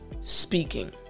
speaking